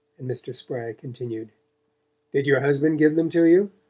and mr. spragg continued did your husband give them to you?